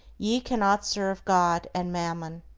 ye cannot serve god and mammon.